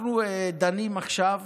אנחנו דנים עכשיו